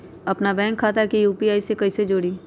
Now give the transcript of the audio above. अपना बैंक खाता के यू.पी.आई से कईसे जोड़ी?